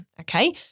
Okay